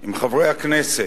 עם חברי הכנסת,